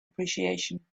appreciation